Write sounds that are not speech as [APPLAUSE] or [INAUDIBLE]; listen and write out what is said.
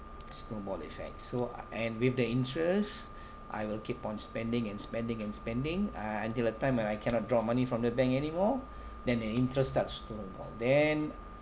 snowball effect so uh and with the interest [BREATH] I will keep on spending and spending and spending uh until a time when I cannot draw money from the bank anymore then the interest start snowball then